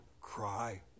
cry